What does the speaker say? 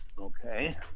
Okay